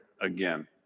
again